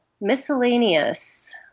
miscellaneous